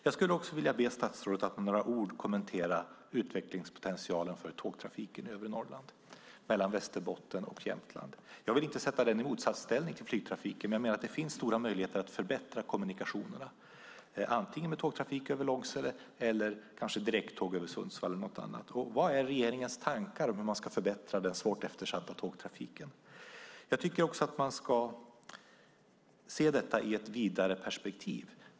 Jag skulle vilja be statsrådet att med några ord kommentera utvecklingspotentialen för tågtrafiken över Norrland mellan Västerbotten och Jämtland. Jag vill inte sätta den i motsatsställning till flygtrafiken, men jag menar att det finns stora möjligheter att förbättra kommunikationerna, antingen med tågtrafik över Långsele eller kanske direkttåg över Sundsvall eller något annat. Vad är regeringens tankar om hur man ska förbättra den svårt eftersatta tågtrafiken? Jag tycker att man ska se detta i ett vidare perspektiv.